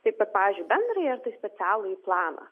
kaip vat pavyzdžiui bendrąjį specialųjį planą